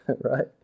right